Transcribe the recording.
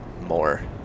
more